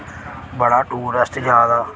बड़ा टूरिस्ट जा दा